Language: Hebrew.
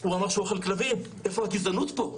הוא אמר שהוא אוכל כלבים, איפה הגזענות פה?